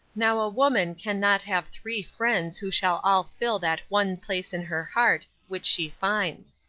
now a woman can not have three friends who shall all fill that one place in her heart which she finds.